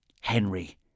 Henry